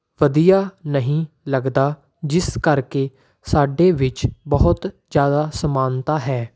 ਵਧੀਆ ਨਹੀਂ ਲੱਗਦਾ ਜਿਸ ਕਰਕੇ ਸਾਡੇ ਵਿੱਚ ਬਹੁਤ ਜ਼ਿਆਦਾ ਸਮਾਨਤਾ ਹੈ